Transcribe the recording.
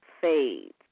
fades